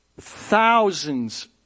thousands